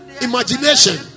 Imagination